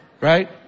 right